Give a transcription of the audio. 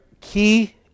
key